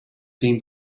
seem